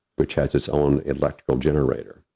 which has its own electrical generator.